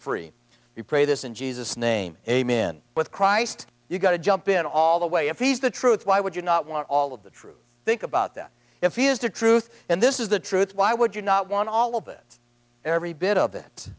free you pray this in jesus name aimin with christ you've got to jump it all the way if he's the truth why would you not want all of the true think about that if he is to truth and this is the truth why would you not want all of it every bit of it